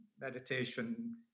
meditation